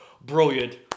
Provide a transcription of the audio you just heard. brilliant